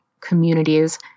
communities